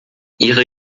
ihre